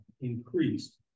increased